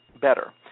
better